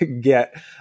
get